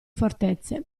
fortezze